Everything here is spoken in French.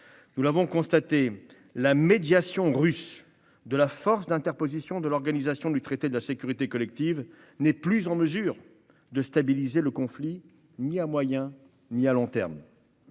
Nous l'avons constaté : la médiation russe de la force d'interposition de l'Organisation du traité de la sécurité collective (OTSC) n'est plus en mesure de stabiliser le conflit à moyen ou à long terme.